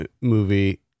movie